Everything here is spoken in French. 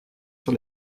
sur